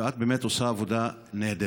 ואת באמת עושה עבודה נהדרת,